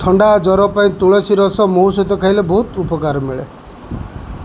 ଥଣ୍ଡା ଜ୍ଵର ପାଇଁ ତୁଳସୀ ରସ ମହୁ ସହିତ ଖାଇଲେ ବହୁତ ଉପକାର ମିଳେ